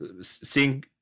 seeing